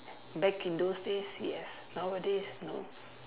back in those days yes nowadays no